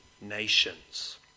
nations